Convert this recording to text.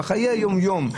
בחיי היום יום,